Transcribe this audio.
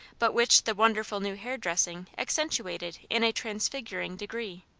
but which the wonderful new hair-dressing accentuated in a transfiguring degree.